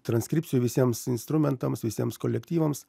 transkripcijų visiems instrumentams visiems kolektyvams